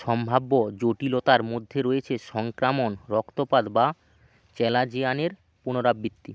সম্ভাব্য জটিলতার মধ্যে রয়েছে সংক্রমণ রক্তপাত বা চ্যালাজিয়ানের পুনরাবৃত্তি